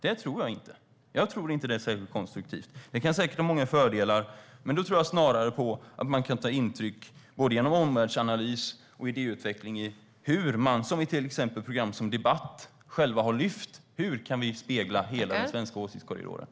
Jag tror inte att det är särskilt konstruktivt. Det kan säkert ha många fördelar. Men jag tror snarare på att man kan ta intryck genom både omvärldsanalys och idéutveckling i hur vi, som till exempel program som Debatt